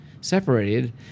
separated